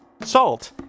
Salt